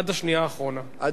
עד השנייה האחרונה,